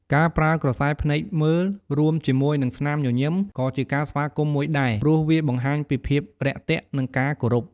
ការប្រើក្រសែភ្នែកមើល រួមជាមួយនឹងស្នាមញញឹម ក៏ជាការស្វាគមន៍មួយដែរ ព្រោះវាបង្ហាញពីភាពរាក់ទាក់ និងការគោរព។